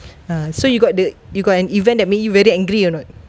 uh so you got the you got an event that made you very angry or not